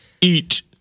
Eat